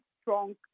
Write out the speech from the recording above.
strong